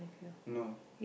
no